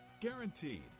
guaranteed